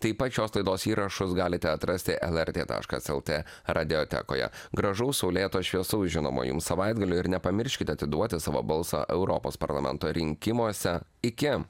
taip pat šios laidos įrašus galite atrasti lrt taškas lt radiotekoje gražaus saulėto šviesaus žinoma jums savaitgalio ir nepamirškite atiduoti savo balsą europos parlamento rinkimuose iki